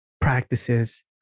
practices